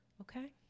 Okay